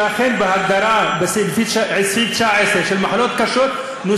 שאכן בהגדרה של מחלות קשות לפי סעיף 19,